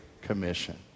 commission